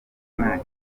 nta